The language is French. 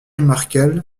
markel